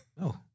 No